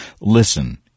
Listen